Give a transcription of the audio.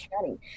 County